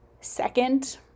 second